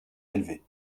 élevé